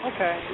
Okay